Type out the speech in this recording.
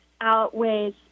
outweighs